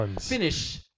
finish